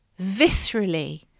viscerally